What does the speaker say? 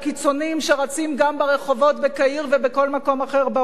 שרצים גם ברחובות בקהיר ובכל מקום אחר בעולם,